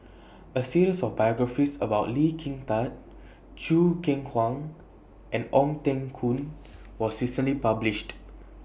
A series of biographies about Lee Kin Tat Choo Keng Kwang and Ong Teng Koon was recently published